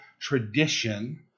tradition